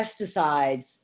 pesticides